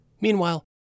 Meanwhile